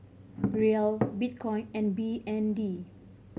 Riel Bitcoin and B N D